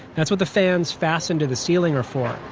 that's what the fans fastened to the ceiling are for,